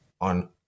on